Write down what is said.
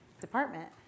department